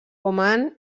oman